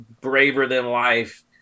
braver-than-life